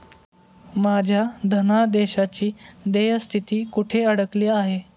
माझ्या धनादेशाची देय स्थिती कुठे अडकली आहे?